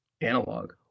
analog